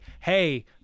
hey